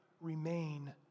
remain